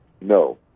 No